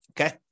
Okay